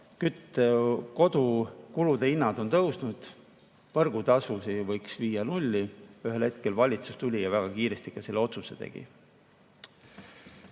ja kodukulud on kasvanud ning võrgutasud võiks viia nulli. Ühel hetkel valitsus tuli ja väga kiiresti ka selle otsuse tegi.